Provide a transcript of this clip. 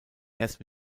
erst